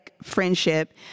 friendship